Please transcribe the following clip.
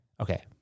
Okay